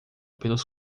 pelos